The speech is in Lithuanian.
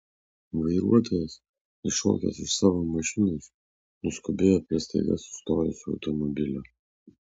vairuotojas iššokęs iš savo mašinos nuskubėjo prie staiga sustojusio automobilio